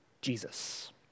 Jesus